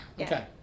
Okay